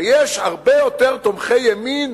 ויש הרבה יותר תומכי ימין